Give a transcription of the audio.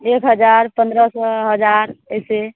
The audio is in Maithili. एक हजार पन्द्रह सए हजार एहिसे